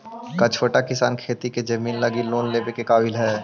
का छोटा किसान खेती के जमीन लगी लोन लेवे के काबिल हई?